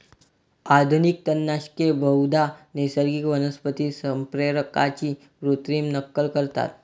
आधुनिक तणनाशके बहुधा नैसर्गिक वनस्पती संप्रेरकांची कृत्रिम नक्कल करतात